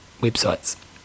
websites